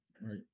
right